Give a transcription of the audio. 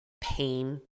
pain